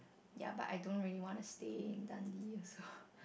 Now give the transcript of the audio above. ya but I don't really want to stay in Dundee also